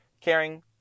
caring